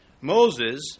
Moses